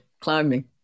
climbing